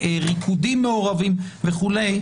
ריקודים מעורבים וכו',